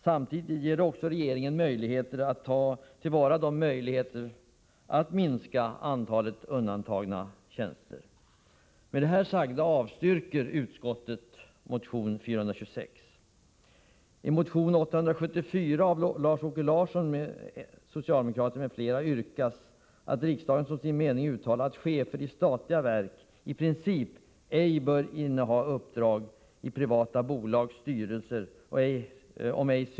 Samtidigt kan regeringen ta till vara möjligheterna att minska antalet undantagna tjänster.